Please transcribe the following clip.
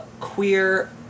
queer